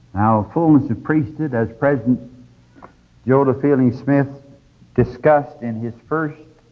fulness of priesthood, as president joseph fielding smith discussed in his first